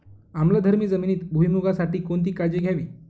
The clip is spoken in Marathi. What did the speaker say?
आम्लधर्मी जमिनीत भुईमूगासाठी कोणती काळजी घ्यावी?